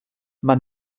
man